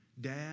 dad